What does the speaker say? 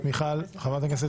עוברים